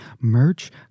Merch